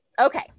Okay